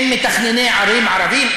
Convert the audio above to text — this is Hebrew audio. אין מתכנני ערים ערבים?